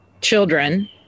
children